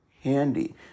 handy